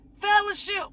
fellowship